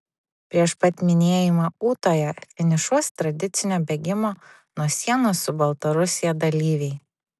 prieš pat minėjimą ūtoje finišuos tradicinio bėgimo nuo sienos su baltarusija dalyviai